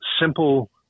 simple